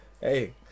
hey